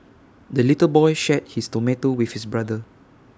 the little boy shared his tomato with his brother